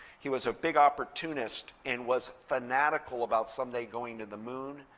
he was a big opportunist and was fanatical about someday going to the moon,